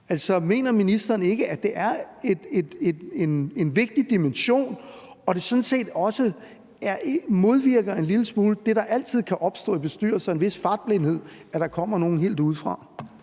Altså, mener ministeren ikke, at det er en vigtig dimension, og at det sådan set også en lille smule modvirker det, der altid kan opstå i bestyrelser, nemlig en vis fartblindhed, at der kommer nogen helt udefra?